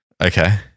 Okay